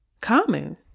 Common